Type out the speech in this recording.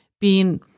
being-